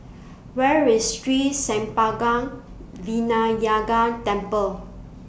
Where IS Sri Senpaga Vinayagar Temple